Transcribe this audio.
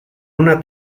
una